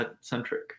centric